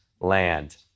land